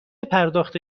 پرداخت